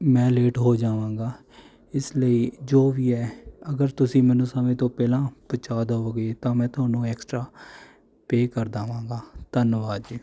ਮੈਂ ਲੇਟ ਹੋ ਜਾਵਾਂਗਾ ਇਸ ਲਈ ਜੋ ਵੀ ਹੈ ਅਗਰ ਤੁਸੀਂ ਮੈਨੂੰ ਸਮੇਂ ਤੋਂ ਪਹਿਲਾਂ ਪਹੁੰਚਾ ਦੇਵੋਗੇ ਤਾਂ ਮੈਂ ਤੁਹਾਨੂੰ ਐਕਸਟਰਾ ਪੇਅ ਕਰ ਦੇਵਾਂਗਾ ਧੰਨਵਾਦ ਜੀ